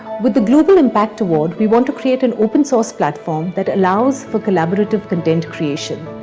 with the global impact award, we want to create an open source platform that allows for collaborative content creation.